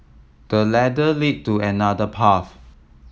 the ladder lead to another path